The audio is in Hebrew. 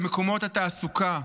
במקומות התעסוקה.